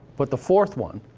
but the fourth one,